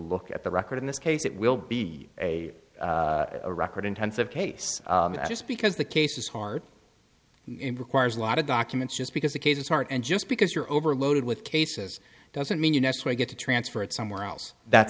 look at the record in this case it will be a record intensive case just because the case is hard requires a lot of documents just because the cases aren't and just because you're overloaded with cases doesn't mean you know so i get to transfer it somewhere else that's